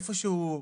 איפה שהוא,